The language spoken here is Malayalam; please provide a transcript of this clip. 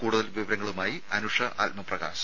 കൂടുതൽ വിവരങ്ങളുമായി അനുഷ ആത്മപ്രകാശ്